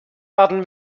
werden